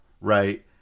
right